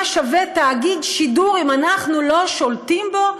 מה שווה תאגיד שידור אם אנחנו לא שולטים בו,